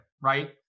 right